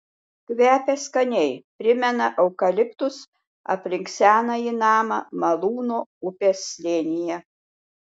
kvepia skaniai primena eukaliptus aplink senąjį namą malūno upės slėnyje